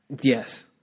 Yes